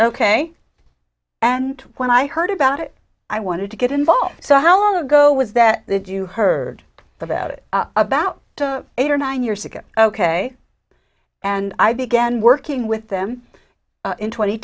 ok and when i heard about it i wanted to get involved so how long ago was that that you heard about it about eight or nine years ago ok and i began working with them in tw